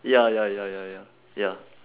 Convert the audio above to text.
ya ya ya ya ya ya